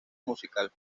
musical